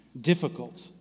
difficult